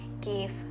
give